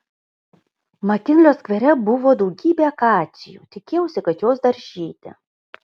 makinlio skvere buvo daugybė akacijų tikėjausi kad jos dar žydi